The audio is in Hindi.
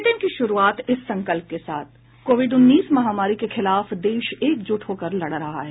बुलेटिन की शुरूआत इस संकल्प के साथ कोविड उन्नीस महामारी के खिलाफ देश एकजुट होकर लड़ रहा है